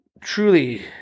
truly